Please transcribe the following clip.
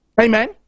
Amen